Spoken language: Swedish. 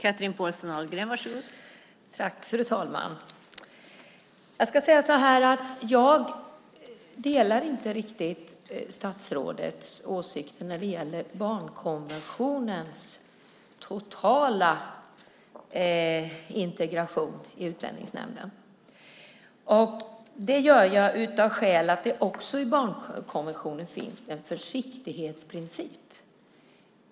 Fru talman! Jag delar inte riktigt statsrådets åsikter när det gäller barnkonventionens totala integration i utlänningslagen. Det gör jag av det skälet att det i barnkonventionen också finns en försiktighetsprincip.